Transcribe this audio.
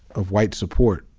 of white support,